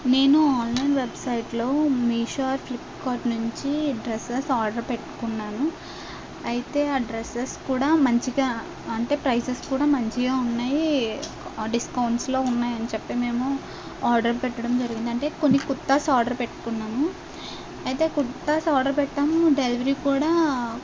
నేను ఆన్లైన్ వెబ్సైట్లో మీ మిషో ఫ్లిప్కార్ట్ నుంచి డ్రెస్సెస్ ఆర్డర్ పెట్టుకున్నాను అయితే ఆ డ్రెస్సెస్ కూడా మంచిగా అంటే ప్రైజెస్ కూడా మంచిగా ఉన్నాయి డిస్కౌంట్స్లో ఉన్నాయని చెప్పి మేము ఆర్డర్ పెట్టడం జరిగింది అంటే కొన్ని కుర్తాస్ ఆర్డర్ పెట్టుకున్నాను అయితే కుర్తాస్ ఆర్డర్ పెట్టాము డెలివరీ కూడా